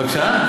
בבקשה?